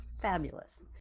Fabulous